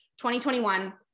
2021